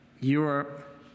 Europe